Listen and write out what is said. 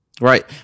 Right